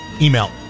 Email